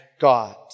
God